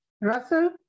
Russell